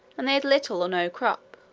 and they had little or no crop.